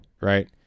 right